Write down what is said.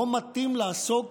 לא מתאים לעסוק